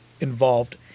involved